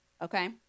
Okay